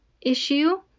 issue